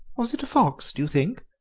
was it a fox, do you think?